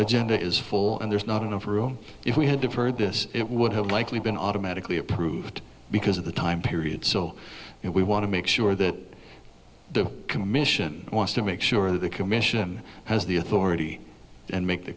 agenda is full and there's not enough room if we had deferred this it would have likely been automatically approved because of the time period so we want to make sure that the commission wants to make sure the commission has the authority and make the